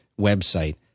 website